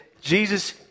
Jesus